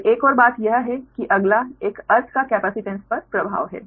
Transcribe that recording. अब एक और बात यह है कि अगला एक अर्थ का कैपेसिटेंस पर प्रभाव है